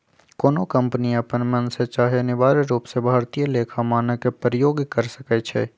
कोनो कंपनी अप्पन मन से चाहे अनिवार्य रूप से भारतीय लेखा मानक के प्रयोग कर सकइ छै